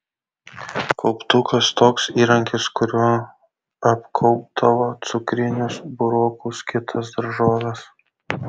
kauptukas toks įrankis kuriuo apkaupdavo cukrinius burokus kitas daržoves